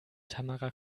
tamara